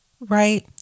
Right